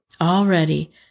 already